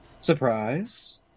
surprise